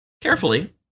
Carefully